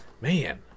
Man